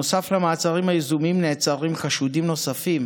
נוסף על המעצרים היזומים נעצרים חשודים נוספים